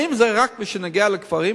האם זה רק במה שנוגע לקברים,